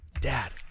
Dad